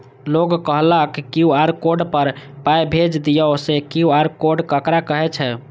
लोग कहलक QR code पर पाय भेज दियौ से क्यू.आर कोड ककरा कहै छै?